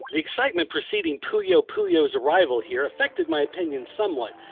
the excitement pre-ceding puyo puyo's arrival here affected my opinion somewhat,